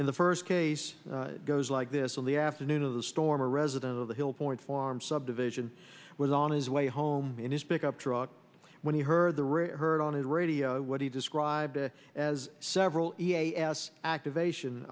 in the first case goes like this when the afternoon of the storm a resident of the hill point farm subdivision was on his way home in his pickup truck when he heard the river heard on his radio what he described as several e a s activation